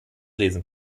lesen